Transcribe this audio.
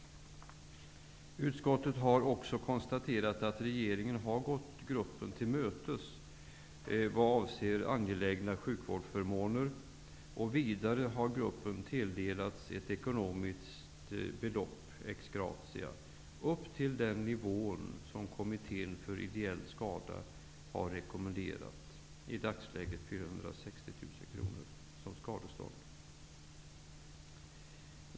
Utskottet konstaterar att regeringen har gått gruppen till mötes vad avser önskemål om angelägna sjukvårdsförmåner. Vidare har gruppen tilldelats ett ekonomiskt belopp -- ex gratia -- upp till den nivå som Kommittén för ideell skada har rekommenderat, i dagsläget 460 000 kr.